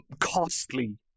costly